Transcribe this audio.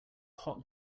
hot